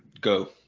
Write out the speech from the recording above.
go